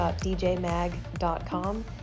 DJMag.com